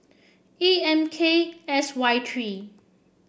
A M K S Y three